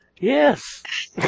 Yes